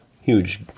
huge